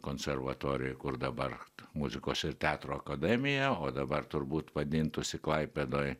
konservatorijoj kur dabar muzikos ir teatro akademija o dabar turbūt vadintųsi klaipėdoj